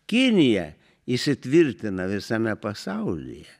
kinija įsitvirtina visame pasaulyje